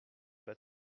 pas